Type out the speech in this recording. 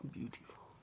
Beautiful